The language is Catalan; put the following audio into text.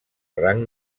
rang